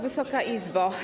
Wysoka Izbo!